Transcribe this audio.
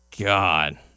God